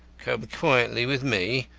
come quietly with me,